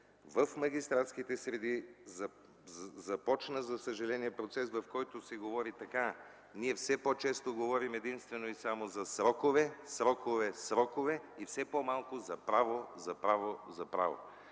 в магистратските среди започна, за съжаление, процес, в който се говори така: „Ние все по-често говорим единствено и само за срокове, срокове, срокове, и все по-малко за право, за право, за право!”